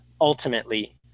ultimately